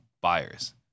buyers